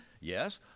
Yes